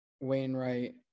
Wainwright